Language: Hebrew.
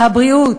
הבריאות,